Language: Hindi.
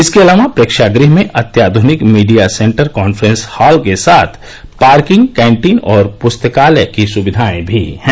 इसके अलावा प्रेक्षागृह में अत्याधुनिक मीडिया सेन्टर कॉन्फ्रेस हॉल के साथ पार्किंग कैन्टीन और पुस्तकालय की सुकिधाएं भी हैं